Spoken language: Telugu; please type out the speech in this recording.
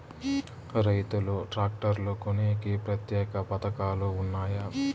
రైతులు ట్రాక్టర్లు కొనేకి ప్రత్యేక పథకాలు ఉన్నాయా?